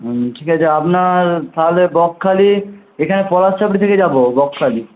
হুম ঠিক আছে আপনার তাহলে বকখালি এখানে পলাশচাবড়ি থেকে যাব বকখালি